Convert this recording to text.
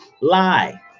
lie